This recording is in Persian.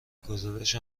گزارش